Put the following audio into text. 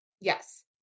Yes